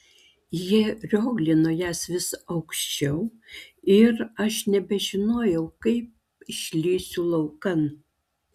jie rioglino jas vis aukščiau ir aš nebežinojau kaip išlįsiu laukan